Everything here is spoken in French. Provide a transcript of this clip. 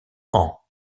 ans